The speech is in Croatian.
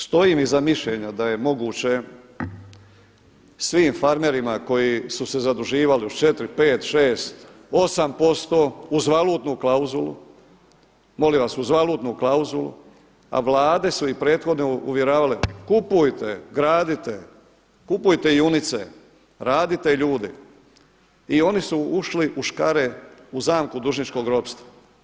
Stojim iza mišljenja da je moguće svim farmerima koji su se zaduživali uz 4, 5, 6, 8% uz valutnu klauzulu, molim vas uz valutnu klauzulu, a vlade su ih prethodne uvjeravale kupujte, gradite, kupujte junice, radite ljudi i oni su ušli u škare u zamku dužničkog ropstva.